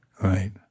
Right